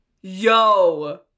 Yo